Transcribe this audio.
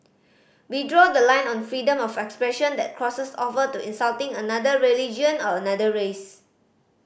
we draw the line on freedom of expression that crosses over to insulting another religion or another race